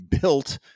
built